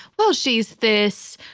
well, she's this,